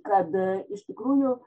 kad iš tikrųjų